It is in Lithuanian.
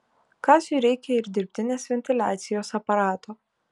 kaziui reikia ir dirbtinės ventiliacijos aparato